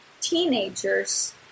teenagers –